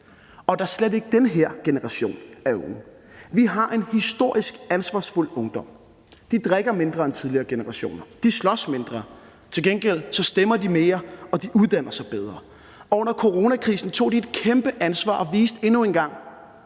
og da slet ikke den her generation af unge. Vi har en historisk ansvarsfuld ungdom. De drikker mindre end tidligere generationer, og de slås mindre; til gengæld stemmer de mere og uddanner sig bedre. Under coronakrisen tog de et kæmpe ansvar og viste endnu en gang,